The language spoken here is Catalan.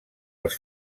els